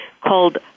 called